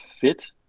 fit